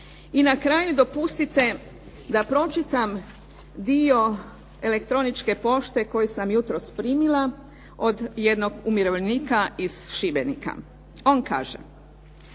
I na kraju dopustite da pročitam dio elektroničke pošte koju sam jutros primila od jednog umirovljenika iz Šibenika. On kaže,